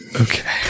Okay